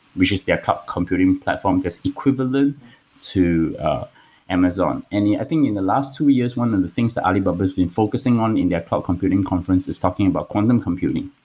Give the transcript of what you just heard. which is their top computing platform that's equivalent to amazon. i think in the last two years, one of the things that alibaba has been focusing on in their cloud computing conference is talking about quantum computing.